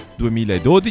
2012